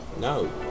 No